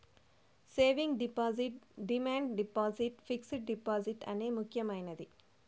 savings deposit demand deposit fixed deposit అనే ముక్యమైనది